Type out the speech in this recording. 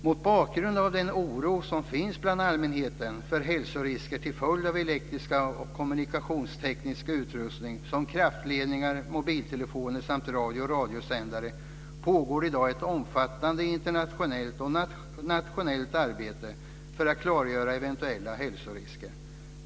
Mot bakgrund av den oro som finns bland allmänheten för hälsorisker till följd av elektrisk, kommunikationsteknisk utrustning som kraftledningar, mobiltelefoner samt radio och radarsändare pågår det i dag ett omfattande internationellt och nationellt arbete för att klargöra eventuella hälsorisker.